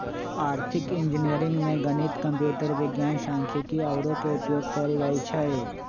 आर्थिक इंजीनियरिंग में गणित, कंप्यूटर विज्ञान, सांख्यिकी आउरो के उपयोग कएल जाइ छै